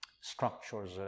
structures